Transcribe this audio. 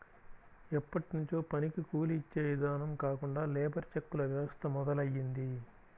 ఎప్పట్నుంచో పనికి కూలీ యిచ్చే ఇదానం కాకుండా లేబర్ చెక్కుల వ్యవస్థ మొదలయ్యింది